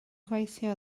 gweithio